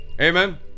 Amen